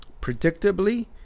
Predictably